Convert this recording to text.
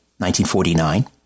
1949